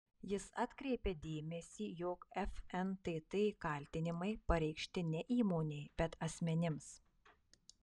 jis atkreipia dėmesį jog fntt kaltinimai pareikšti ne įmonei bet asmenims